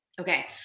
okay